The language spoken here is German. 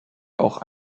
auch